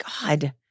God